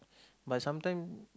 but sometime